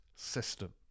system